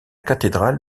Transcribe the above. cathédrale